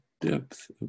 depth